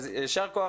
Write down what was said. יישר כוח,